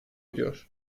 ediyor